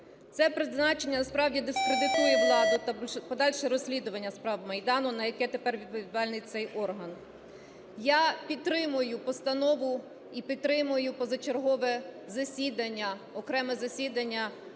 Це призначення насправді дискредитує владу та подальше розслідування справ Майдану, за яке тепер відповідальний цей орган. Я підтримую постанову і підтримую позачергове засідання, окреме засідання